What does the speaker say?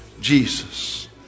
Jesus